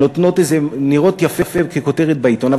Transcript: שנראות יפה ככותרת בעיתון,